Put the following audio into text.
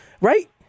right